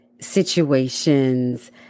situations